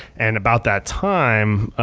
and about that time,